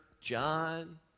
John